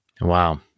Wow